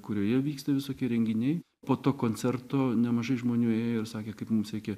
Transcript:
kurioje vyksta visokie renginiai po to koncerto nemažai žmonių ėjo ir sakė kaip mums reikia